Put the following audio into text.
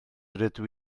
rydw